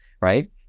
Right